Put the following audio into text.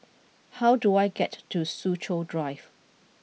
how do I get to Soo Chow Drive